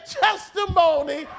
testimony